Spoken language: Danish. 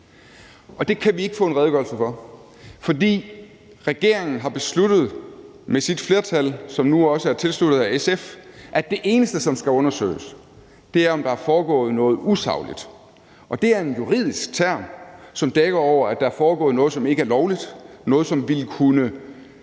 og det kan vi ikke få en redegørelse for, fordi regeringen har besluttet med sit flertal, som nu også er tilsluttet af SF, at det eneste, som skal undersøges, er, om der er foregået noget usagligt. Det er en juridisk term, som dækker over, at der er foregået noget, som ikke er lovligt, noget, som der ville kunne